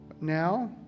Now